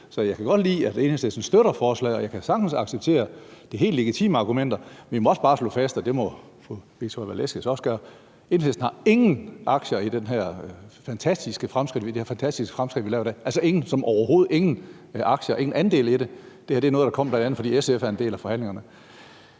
jeg kan godt lide, at Enhedslisten støtter forslaget, og jeg kan sagtens acceptere, at det er helt legitime argumenter, men vi må også bare slå fast, og det må fru Victoria Velasquez også gøre, at Enhedslisten ingen aktier har i det her fantastiske fremskridt, vi laver i dag – altså ingen som i overhovedet ingen aktier og ingen andel i det. Det her er noget, der kom, bl.a. fordi SF er en del af forhandlingerne.